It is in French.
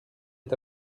est